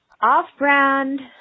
off-brand